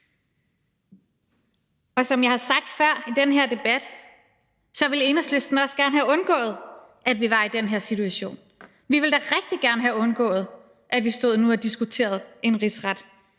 og som jeg har sagt før i den her debat, ville Enhedslisten også gerne have undgået, at vi var i den her situation. Vi ville da rigtig gerne have undgået, at vi stod nu og diskuterede en rigsret,